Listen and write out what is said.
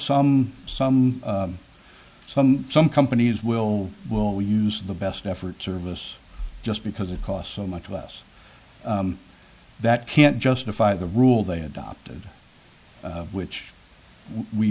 some some some some companies will will use the best effort service just because it costs so much less that can't justify the rule they adopted which we